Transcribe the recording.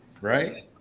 right